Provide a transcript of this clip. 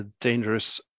dangerous